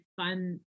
fun